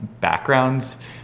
backgrounds